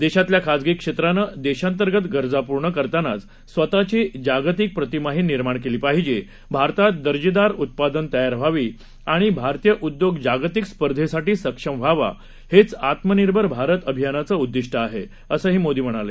देशातल्या खाजगी क्षेत्रानं देशांतर्गत गरजा पूर्ण करतानाचं स्वतःची जागतिक प्रतिमाही निर्माण केली पाहीजे भारतात दर्जेदार उत्पादन तयार व्हावी आणि भारतीय उद्योग जागतीक स्पर्धेसाठी सक्षम व्हावा हेचं आत्मनिर्भर भारत अभियानाचं उद्दिष्ट आहे असं मोदी यांनी सांगितलं